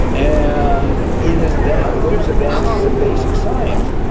and it is that those advances in basic science,